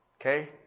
Okay